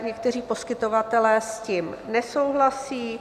Někteří poskytovatelé s tím nesouhlasí.